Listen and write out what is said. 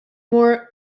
more